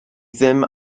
ddim